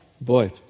boy